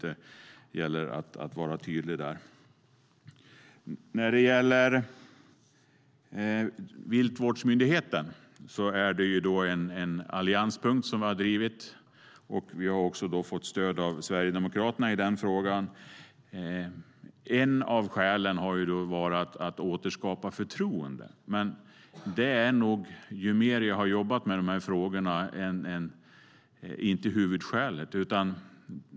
Det gäller att vara tydlig där. När det gäller viltvårdsmyndigheten är det fråga om en allianspunkt som vi har drivit. Vi har också fått stöd av Sverigedemokraterna i den frågan. Ett av skälen har handlat om att återskapa förtroende. Men det är nog inte huvudskälet, har jag insett ju mer jag jobbat med de här frågorna.